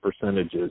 percentages